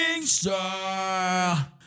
star